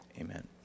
amen